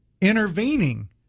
intervening